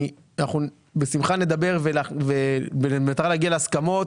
אנחנו בשמחה נדבר במטרה להגיע להסכמות,